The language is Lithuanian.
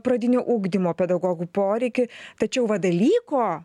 pradinio ugdymo pedagogų poreikį tačiau va dalyko